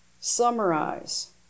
summarize